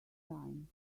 time